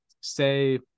say